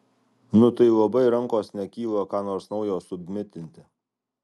nu tai labai rankos nekyla ką nors naujo submitinti